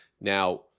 Now